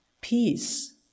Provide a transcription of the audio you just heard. peace